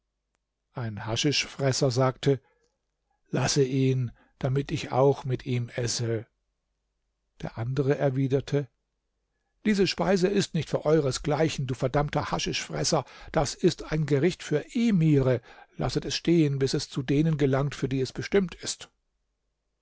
ein haschischfresser sagte lasse ihn damit ich auch mit ihm esse der andere erwiderte diese speise ist nicht für euresgleichen du verdammter haschischfresser das ist ein gericht für emire lasset es stehen bis es zu denen gelangt für die es bestimmt ist